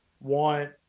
want